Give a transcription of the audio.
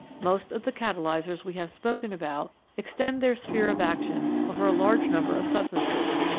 most of the catalysers we have spoken about extend their sphere of action over a large number of substances.